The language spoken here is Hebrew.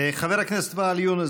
חבר הכנסת ואאל יונס,